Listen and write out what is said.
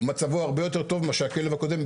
מצבו הרבה יותר טוב מאשר הכלב הקודם,